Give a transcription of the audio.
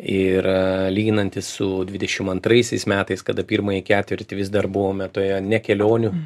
ir lyginantis su dvidešimt antraisiais metais kada pirmąjį ketvirtį vis dar buvome toje ne kelionių